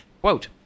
Quote